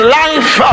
life